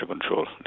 control